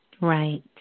Right